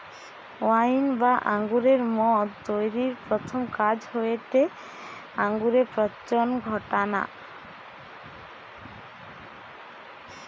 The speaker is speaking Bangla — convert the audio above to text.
ওয়াইন বা আঙুরের মদ তৈরির প্রথম কাজ হয়টে আঙুরে পচন ঘটানা